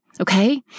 Okay